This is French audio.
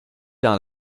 dans